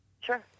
Sure